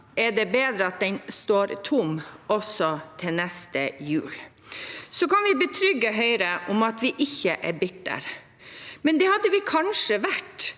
Er det bedre at den står tom også til neste jul? Vi kan betrygge Høyre om at vi ikke bitre. Men det hadde vi kanskje vært